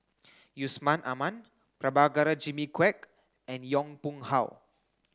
Yusman Aman Prabhakara Jimmy Quek and Yong Pung How